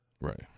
Right